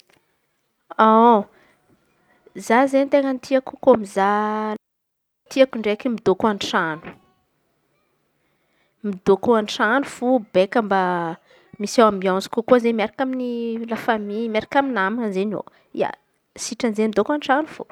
za izen̈y ten̈a ny tiako. Za, tiako ndraiky midôko an-trano. Midôko an-trano fô mba misy ambiansy kokoa izen̈y miaraka amy la famy. Miaraka amy naman̈a zey anô sitrany izen̈y midôko an-trano fô.